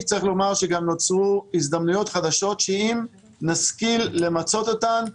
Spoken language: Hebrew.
צריך לומר שגם נוצרו הזדמנויות חדשות שאם נשכיל למצות אותן,